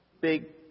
big